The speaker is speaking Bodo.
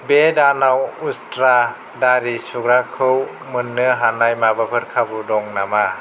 बे दानाव उस्त्रा दारि सुग्राखौ मोननो हानाय माबाफोर खाबु दं नामा